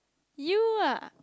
you ah